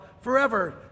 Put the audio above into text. forever